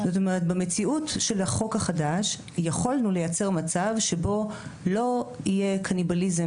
במציאות של החוק החדש יכולנו לייצר מצב שבו לא יהיה קניבליזם